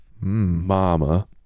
Mama